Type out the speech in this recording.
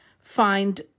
find